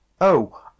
Oh